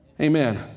Amen